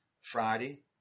Friday